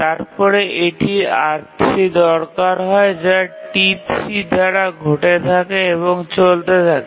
এরপরে এটির R3 দরকার হয় যা T3 দ্বারা ঘটে থাকে এবং চলতে থাকে